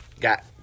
Got